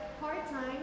part-time